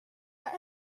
that